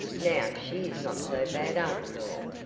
now she is not so bad after all.